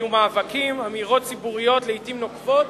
היו מאבקים, אמירות ציבוריות, לעתים נוקבות,